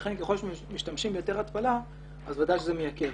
לכן, ככל שמשתמשים ביותר התפלה, ודאי שזה מייקר.